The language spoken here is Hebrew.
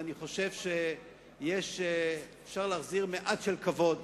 ואני חושב שאפשר להחזיר מעט כבוד